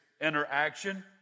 interaction